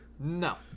No